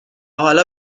حالا